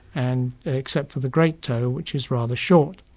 and except for the great toe which is rather short.